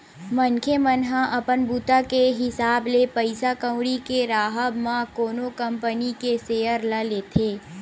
मनखे मन ह अपन बूता के हिसाब ले पइसा कउड़ी के राहब म कोनो कंपनी के सेयर ल लेथे